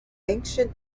ancient